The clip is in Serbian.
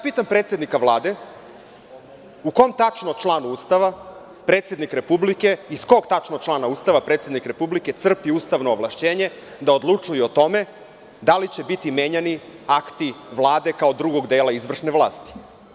Pitam predsednika Vlade, u kom tačno članu Ustava predsednik Republike iz kog tačno člana Ustava predsednik Republike crpi ustavno ovlašćenje da odlučuje o tome, da li će biti menjani akti Vlade kao drugog dela izvršne vlasti?